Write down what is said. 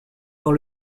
dans